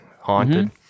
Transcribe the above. Haunted